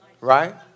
Right